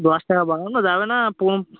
দশ টাকা বাড়ানো যাবে না পোম